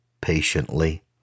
patiently